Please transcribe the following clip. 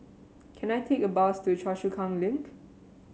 can I take a bus to Choa Chu Kang Link